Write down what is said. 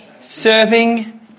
serving